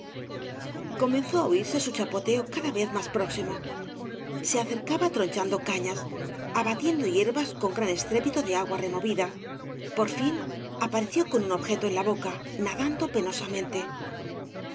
comeazó á oírse eu chapoteo cada vez más próximo se acercaba tronchando cañas abatiendo hierbas con grao estrépito de agua removida por fin apareció con un objeto en la boca nadando penosamente